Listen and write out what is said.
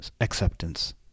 acceptance